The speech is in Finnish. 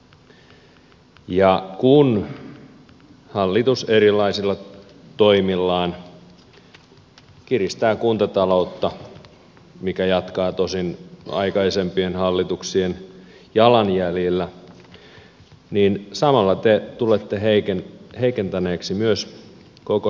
kun hallitus erilaisilla toimillaan kiristää kuntataloutta mikä jatkaa tosin aikaisempien hallituksien jalanjäljillä niin samalla te tulette heikentäneeksi myös koko sosiaali ja terveysalan asiaa